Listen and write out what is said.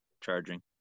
charging